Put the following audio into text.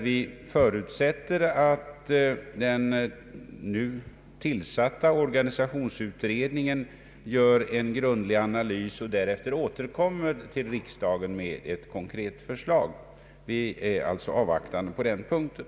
Vi förutsätter att den nu tillsatta organisationsutredningen gör en grundlig analys och därefter återkommer till riksdagen med ett konkret förslag. Vi har alltså ställt oss avvaktande på den punkten.